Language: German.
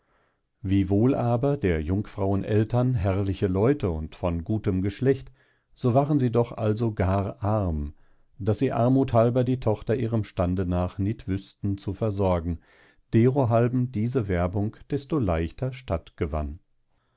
wiewohl aber der jungfrauen eltern herrliche leute und von gutem geschlecht so waren sie doch also gar arm daß sie armuth halber die tochter ihrem stande nach nit wüßten zu versorgen derohalben diese werbung desto leichter statt gewann